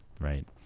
right